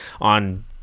on